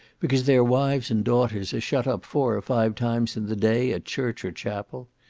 because their wives and daughters are shut up four or five times in the day at church or chapel?